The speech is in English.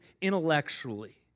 intellectually